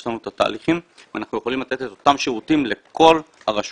יש לנו את התהליכים ואנחנו יכולים לתת את אותם שירותים לכל הרשויות,